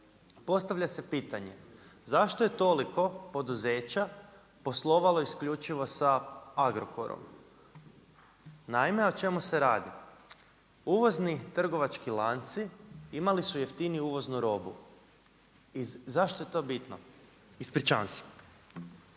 postavlja se pitanje zašto je toliko poduzeća poslovalo isključivo sa Agrokorom. Naime, o čemu se radi? Uvozni trgovački lanci imali su jeftiniju uvoznu robu. I zašto je to bitno? Ispričavam se.